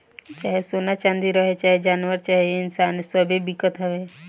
चाहे सोना चाँदी रहे, चाहे जानवर चाहे इन्सान सब्बे बिकत हवे